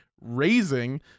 Raising